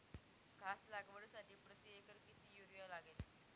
घास लागवडीसाठी प्रति एकर किती युरिया लागेल?